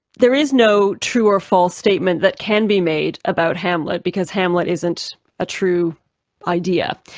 there is no true or false statement that can be made about hamlet because hamlet isn't a true idea.